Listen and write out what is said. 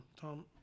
Tom